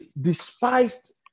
despised